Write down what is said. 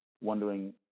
wondering